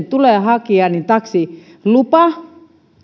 tulee hakea taksilupa